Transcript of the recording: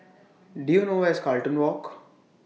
Do YOU know Where IS Carlton Walk